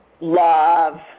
Love